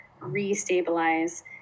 re-stabilize